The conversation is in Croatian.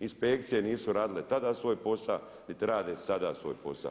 Inspekcije nisu radile tada svoj posao, niti rade sada svoj posa,